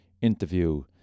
interview